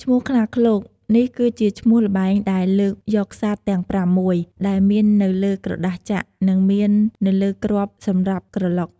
ឈ្មោះ "ខ្លាឃ្លោក" នេះគឺជាឈ្មោះល្បែង ដែលលើកយកសត្វទាំងប្រាំមួយ ដែលមាននៅលើក្រដាសចាក់ និងមាននៅលើគ្រាប់សម្រាប់ក្រឡុក។